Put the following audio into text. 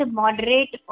moderate